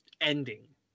ending